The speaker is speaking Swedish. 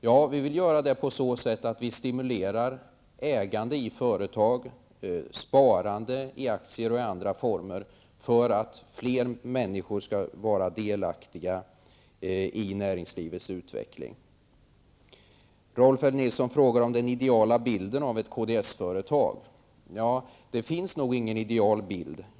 Ja, vi vill göra det på så sätt att vi stimulerar ägande i företag samt sparande i aktier och i andra former för att fler människor skall bli delaktiga i näringslivets utveckling. Rolf L Nilson efterfrågar också den ideala bilden av ett kds-företag. Vi har ingen sådan idealbild.